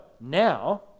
now